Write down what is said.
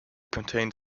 contained